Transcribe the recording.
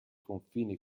confine